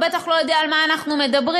הוא בטח לא יודע על מה אנחנו מדברים,